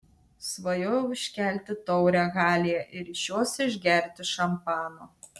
svajojau iškelti taurę halėje ir iš jos išgerti šampano